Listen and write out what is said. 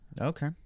Okay